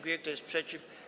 Kto jest przeciw?